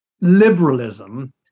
liberalism